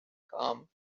come